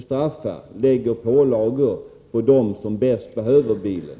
Vi lägger då pålagor på dem som bäst behöver bilen.